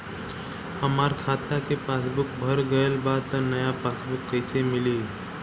हमार खाता के पासबूक भर गएल बा त नया पासबूक कइसे मिली?